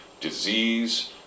disease